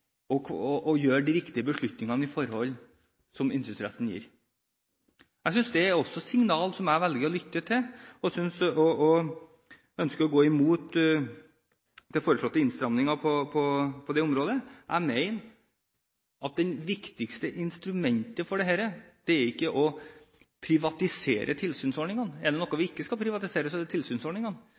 og gjøre de riktige beslutningene i forhold som jeg har rett til innsyn i. Det er et signal som jeg velger å lytte til, og jeg ønsker å gå imot de foreslåtte innstramningene på det området. Jeg mener ikke at det viktigste instrumentet for dette er å privatisere tilsynsordningene. Er det noe vi ikke skal privatisere, er det tilsynsordningene.